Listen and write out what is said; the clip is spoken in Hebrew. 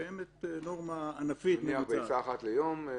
קיימת נורמה ענפית ממוצעת.